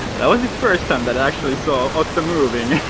that was the first time that actually saw autumn moving.